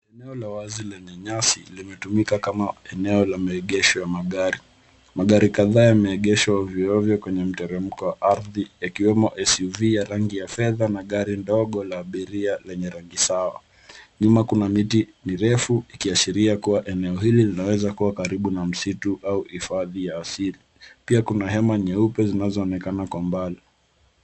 Eneo la wazi lenye nyasi limetumika kama eneo la maegesho ya magari. Magari kadhaa yameegeshwa ovyo ovyo kwenye mteremko wa ardhi ikiwemo SUV ya rangi ya fedha na gari ndogo la abiria lenye rangi sawa. Nyuma kuna miti mirefu ikiashiria kuwa eneo hili linaweza kuwa karibu na msitu au hifadhi ya asili. Pia kuna hema nyeupe zinazoonekana kwa mbali.